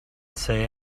say